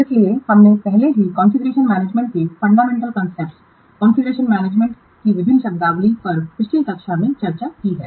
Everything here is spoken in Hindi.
इसलिए हमने पहले से ही कॉन्फ़िगरेशन मैनेजमेंट के फंडामेंटल कॉन्सेप्ट्सकॉन्फ़िगरेशन मैनेजमेंट की विभिन्न शब्दावली पर पिछली कक्षा में चर्चा की है